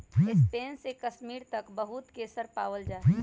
Spain से कश्मीर तक बहुत केसर पावल जा हई